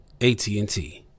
AT&T